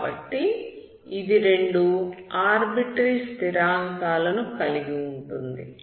కాబట్టి ఇది రెండు ఆర్బిట్రేరి స్థిరాంకాలను కలిగి ఉంటుంది